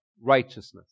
righteousness